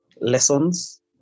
lessons